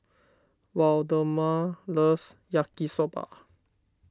Waldemar loves Yaki Soba